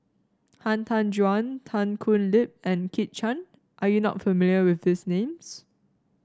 Han Tan Juan Tan Thoon Lip and Kit Chan are you not familiar with these names